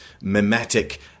mimetic